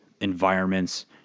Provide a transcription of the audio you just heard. environments